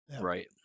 Right